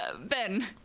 ben